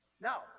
Now